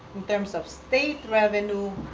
terms of state revenue,